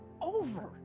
over